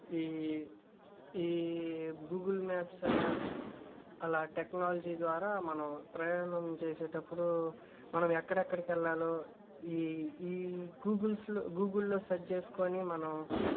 ఈ ఈ Google maps అలా టెక్నాలజీ ద్వారా మనం ప్రయాణం చేసేటప్పుడు మనం ఎక్కడెక్కడికెళ్ళాలో ఈ ఈ గూగుల్స్లో గూగుల్లో సెర్చ్ చేసుకుని మనం